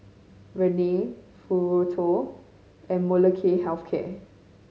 Rene Futuro and Molnylcke Health Care